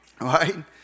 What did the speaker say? Right